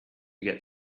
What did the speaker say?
get